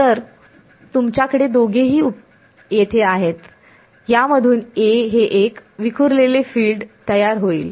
तर तुमच्याकडे दोघेही येथे आहेत यामधून हे एक विखुरलेले फिल्ड तयार होईल